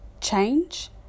change